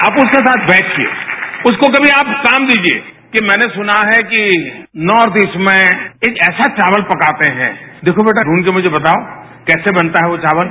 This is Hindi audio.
आप उसके साथ बैठिए उसको आप कमी काम दीजिए कि मैंने सुना है कि नोर्थ ईस्ट में एक ऐसा चावल पकाते हैं देखो बेटा ढूंढ कर मुझ बताओं कैसे बनता है वो चावल